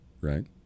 right